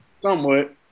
somewhat